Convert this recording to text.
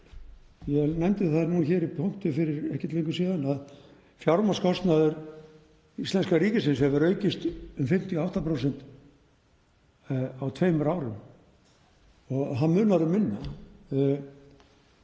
Ég nefndi það hér í pontu fyrir ekki löngu síðan að fjármagnskostnaður íslenska ríkisins hefur aukist um 58% á tveimur árum og það munar um minna.